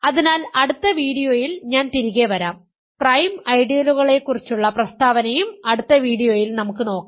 അതിനാൽ അടുത്ത വീഡിയോയിൽ ഞാൻ തിരികെ വരാം പ്രൈം ഐഡിയലുകളെക്കുറിച്ചുള്ള പ്രസ്താവനയും അടുത്ത വീഡിയോയിൽ നമുക്ക് നോക്കാം